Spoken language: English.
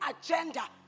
agenda